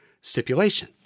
stipulation